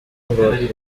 ngo